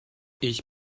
ich